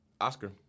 Oscar